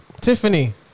Tiffany